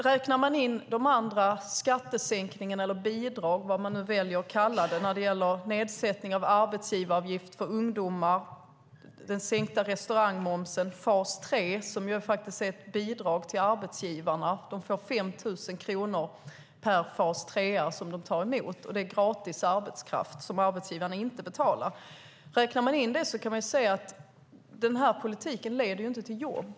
Räknar man in de andra skattesänkningarna eller bidragen, vad man nu väljer att kalla dem - nedsättning av arbetsgivaravgift för ungdomar, sänkning av restaurangmomsen och fas 3, som faktiskt är ett bidrag till arbetsgivarna som får 5 000 kronor per person i fas 3 som de tar emot, och det är gratis arbetskraft för arbetsgivarna - kan man se att denna politik inte leder till jobb.